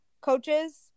coaches